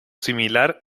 similar